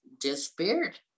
disappeared